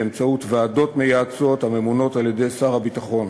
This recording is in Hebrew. באמצעות ועדות מייעצות הממונות על-ידי שר הביטחון.